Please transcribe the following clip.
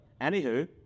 Anywho